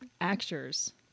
Actors